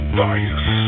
bias